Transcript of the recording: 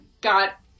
got